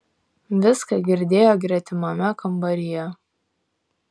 viską girdėjo gretimame kambaryje